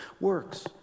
works